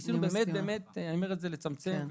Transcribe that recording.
ניסינו לצמצם,